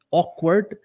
awkward